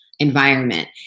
environment